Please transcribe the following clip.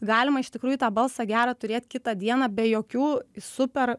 galima iš tikrųjų tą balsą gerą turėt kitą dieną be jokių super